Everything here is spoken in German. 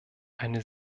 eine